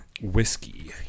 whiskey